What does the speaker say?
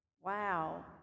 Wow